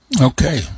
Okay